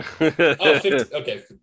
Okay